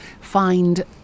find